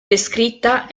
descritta